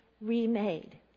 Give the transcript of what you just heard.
remade